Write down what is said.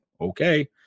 okay